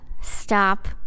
Stop